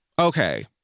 okay